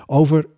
over